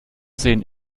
sehen